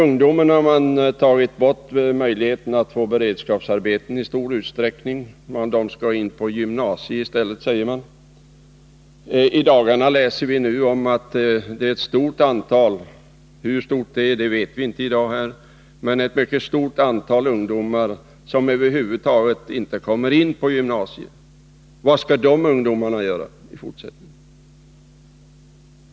Man har i stor utsträckning tagit bort möjligheterna för ungdomarna att få beredskapsarbete. De skall in på gymnasiet i stället, säger man. I dagarna läser vi om att ett mycket stort antal ungdomar — hur stort vet vi inte i dag — över huvud taget inte kommer in på gymnasiet. Vad skall de ungdomarna göra i fortsättningen?